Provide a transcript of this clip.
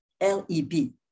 L-E-B